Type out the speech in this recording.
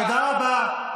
תודה רבה.